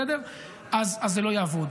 אז זה לא יעבוד.